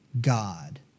God